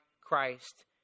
Christ